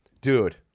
Dude